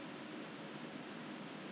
没有没有像以前这样多车